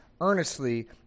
earnestly